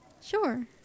Sure